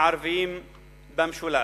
הערביים במשולש.